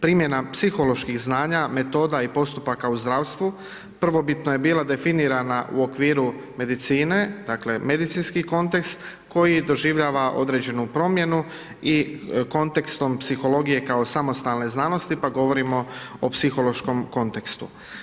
Primjena psiholoških znanja, metoda i postupaka u zdravstvu prvobitno je bila definirana u okviru medicine, dakle, medicinski kontekst koji doživljava određenu promjenu i kontekstom psihologije kao samostalne znanosti, pa govorimo o psihološkom kontekstu.